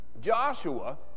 Joshua